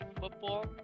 football